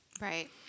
Right